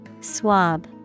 Swab